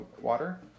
water